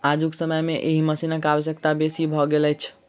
आजुक समय मे एहि मशीनक आवश्यकता बेसी भ गेल अछि